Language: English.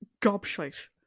gobshite